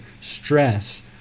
stress